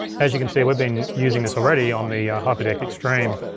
as you can see, we've been using this already on the hyperdeck extreme.